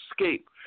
escape